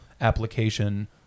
application